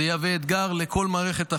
זה יהווה אתגר לכל מערכת החינוך.